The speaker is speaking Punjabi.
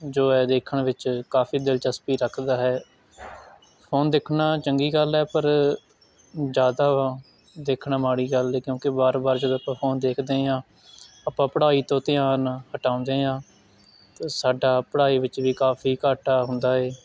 ਜੋ ਹੈ ਦੇਖਣ ਵਿੱਚ ਕਾਫੀ ਦਿਲਚਸਪੀ ਰੱਖਦਾ ਹੈ ਫੋਨ ਦੇਖਣਾ ਚੰਗੀ ਗੱਲ ਹੈ ਪਰ ਜ਼ਿਆਦਾ ਦੇਖਣਾ ਮਾੜੀ ਗੱਲ ਹੈ ਕਿਉਂਕਿ ਵਾਰ ਵਾਰ ਜਦੋਂ ਆਪਾਂ ਫੋਨ ਦੇਖਦੇ ਹਾਂ ਆਪਾਂ ਪੜ੍ਹਾਈ ਤੋਂ ਧਿਆਨ ਹਟਾਉਂਦੇ ਹਾਂ ਅਤੇ ਸਾਡਾ ਪੜ੍ਹਾਈ ਵਿੱਚ ਵੀ ਕਾਫੀ ਘਾਟਾ ਹੁੰਦਾ ਹੈ